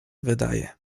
wydaje